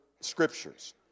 scriptures